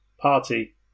party